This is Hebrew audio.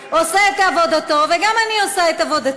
לא, אני לא אמרתי.